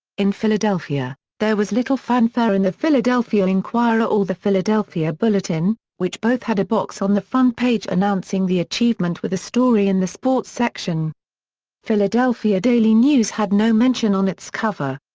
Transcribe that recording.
in philadelphia, there was little fanfare in the philadelphia inquirer or the philadelphia bulletin, which both had a box on the front page announcing the achievement with a story in the sports section philadelphia daily news had no mention on its cover.